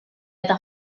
eta